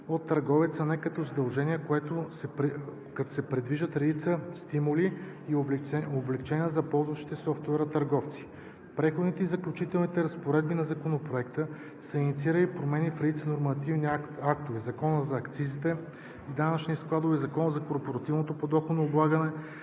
от търговеца, а не като задължение, като се предвиждат редица стимули и облекчения за ползващите софтуера търговци. В Преходните и заключителните разпоредби на Законопроекта са инициирани промени в редица нормативни актове – Закона за акцизите и данъчните складове, Закона за корпоративното подоходно облагане,